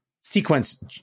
sequence